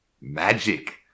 Magic